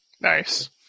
Nice